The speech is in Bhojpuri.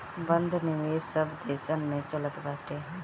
बंध निवेश सब देसन में चलत बाटे